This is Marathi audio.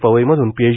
पवई मधून पीएच